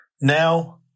Now